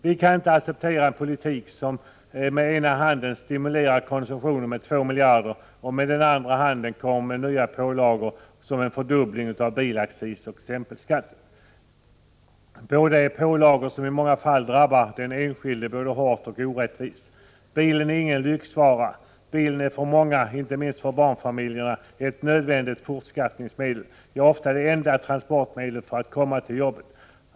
Vi kan inte acceptera en politik som med den ena handen stimulerar konsumtionen med 2 miljarder och med den andra handen kommer med nya pålagor i form av en fördubbling av bilaccisen och stämpelskatten. Båda är pålagor som i många fall drabbar den enskilde både hårt och orättvist. Bilen är ingen lyxvara. Bilen är för många — inte minst för barnfamiljerna — ett nödvändigt fortskaffningsmedel, ja, ofta det enda transportmedlet för att komma till jobbet.